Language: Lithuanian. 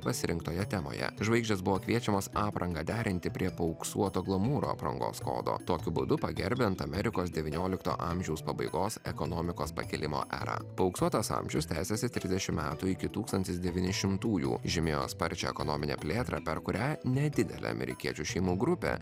pasirinktoje temoje žvaigždės buvo kviečiamas aprangą derinti prie paauksuoto glamūro aprangos kodo tokiu būdu pagerbiant amerikos devyniolikto amžiaus pabaigos ekonomikos pakilimo erą paauksuotas amžius tęsėsi trisdešim metų iki tūkstantis devynišimtųjų žymėjo sparčią ekonominę plėtrą per kurią nedidelę amerikiečių šeimų grupę